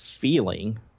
Feeling